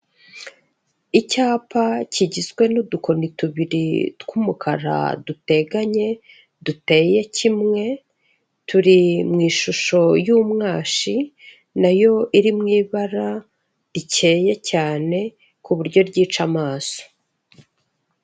Icyapa kigizwe n'udukoni tubiri tw'umukara duteganye duteye kimwe, turi mu ishusho y'umwashi nayo iri mu ibara rikeye cyane ku buryo ryica amaso.